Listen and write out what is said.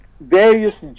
various